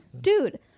dude